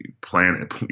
planet